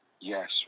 yes